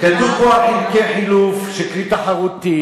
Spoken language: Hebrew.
כתוב פה על חלקי חילוף של כלי תחרותי